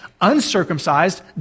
uncircumcised